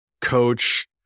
coach